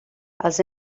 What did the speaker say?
els